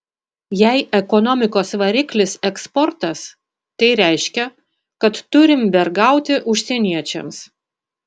jei ekonomikos variklis eksportas tai reiškia kad turim vergauti užsieniečiams